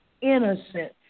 innocent